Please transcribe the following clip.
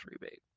rebate